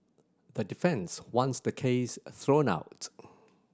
the defence wants the case thrown out